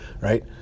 right